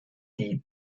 die